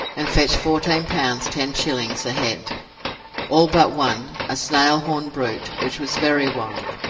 and fetched fourteen pounds ten shillings a head all but one, a snail-horned brute, which was very wild.